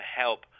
help